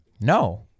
No